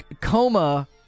coma